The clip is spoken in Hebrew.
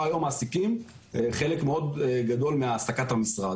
היום מעסיקים חלק גדול מאוד מהעסקת המשרה.